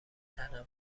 تنوعی